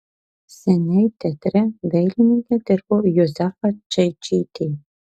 seniai teatre dailininke dirbo juzefa čeičytė